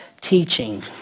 teaching